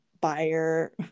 buyer